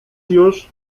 już